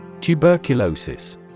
Tuberculosis